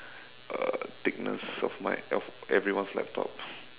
uh thickness of my of everyone's laptops